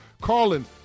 Carlin